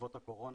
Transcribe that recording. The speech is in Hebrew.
בעקבות הקורונה,